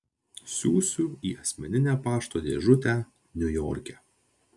siųsiu į asmeninę pašto dėžutę niujorke